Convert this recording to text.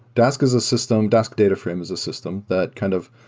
dask is a system. dask data frames is a system that kind of